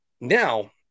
Now